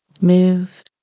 move